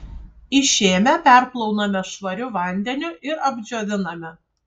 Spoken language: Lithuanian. išėmę perplauname švariu vandeniu ir apdžioviname